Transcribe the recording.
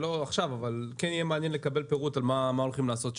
לא עכשיו אבל יהיה מעניין לקבל פירוט מה הולכים לעשות שם.